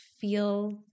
feel